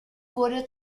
wurde